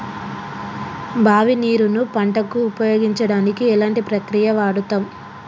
బావి నీరు ను పంట కు ఉపయోగించడానికి ఎలాంటి ప్రక్రియ వాడుతం?